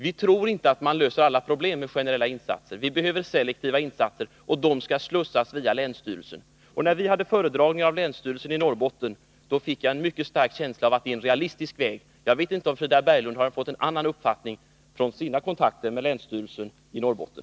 Vi tror inte att man löser alla problem med generella insatser. Vi behöver selektiva insatser, och de skall göras via länsstyrelsen. När vi hade föredragningar av länsstyrelsen i Norrbotten, fick jag en mycket stark känsla av att detta är en realistisk väg. Jag vet inte om Frida Berglund har fått en annan uppfattning vid sina kontakter med länsstyrelsen i Norrbotten.